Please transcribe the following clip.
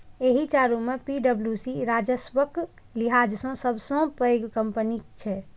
एहि चारू मे पी.डब्ल्यू.सी राजस्वक लिहाज सं सबसं पैघ कंपनी छै